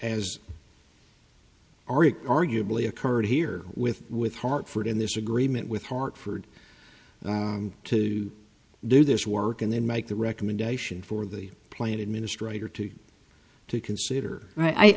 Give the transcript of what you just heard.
as arguably occurred here with with hartford in this agreement with hartford to do this work and then make the recommendation for the plan administrator to to consider